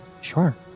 Sure